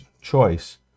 choice